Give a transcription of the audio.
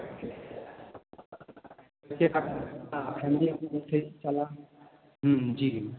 पैसे का फैमिली फिर चलाना जी